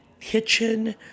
kitchen